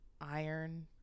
iron